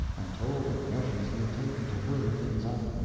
and told of measures he had taken to hurry things up.